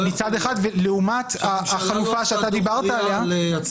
מצד אחד, ולעומת החלופה שאתה דיברת עליה,